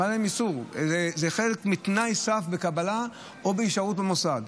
זה חלק מתנאי סף לקבלה או להישארות במוסד.